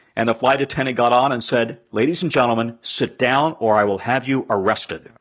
and the flight attendant got on and said, ladies and gentlemen, sit down or i will have you arrested.